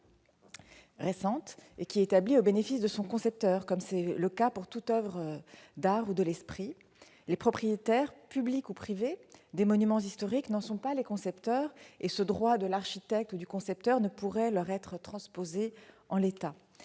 récentes est établi au bénéfice de son concepteur, comme c'est le cas pour toute oeuvre d'art ou de l'esprit. Les propriétaires, publics ou privés, des monuments historiques n'en sont pas les concepteurs, et ce droit ne saurait donc leur être transposé en l'état.